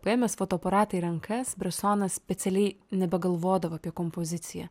paėmęs fotoaparatą į rankas bresonas specialiai nebegalvodavo apie kompoziciją